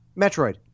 Metroid